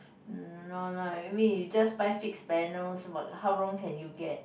no no lah I mean you just buy fixed panels but how wrong can you get